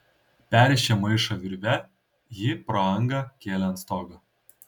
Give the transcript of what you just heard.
perrišę maišą virve jį pro angą kėlė ant stogo